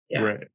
Right